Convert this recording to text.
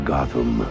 Gotham